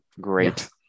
Great